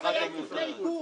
חייב לפני עיקול.